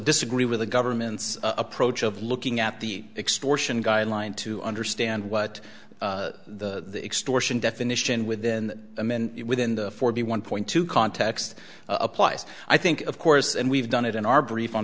disagree with the government's approach of looking at the extortion guideline to understand what the extortion definition within him and within the forty one point two context applies i think of course and we've done it in our brief on